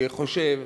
אני חושב,